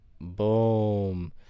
Boom